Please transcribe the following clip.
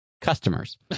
customers